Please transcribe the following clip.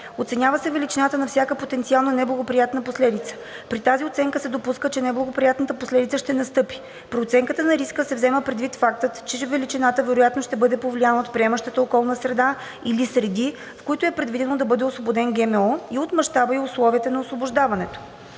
Оценява се величината на всяка потенциална неблагоприятна последица. При тази оценка се допуска, че неблагоприятната последица ще настъпи. При оценката на риска се взема предвид фактът, че величината вероятно ще бъде повлияна от приемащата околна среда или среди, в която е предвидено да бъде освободен ГМО, и от мащаба и условията на освобождаването.